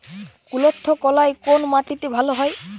কুলত্থ কলাই কোন মাটিতে ভালো হয়?